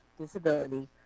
disability